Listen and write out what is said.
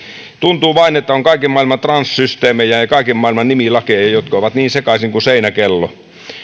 tuntuu vain että on kaiken maailman transsysteemejä ja kaiken maailman nimilakeja jotka ovat niin sekaisin kuin seinäkello